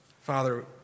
Father